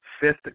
Fifth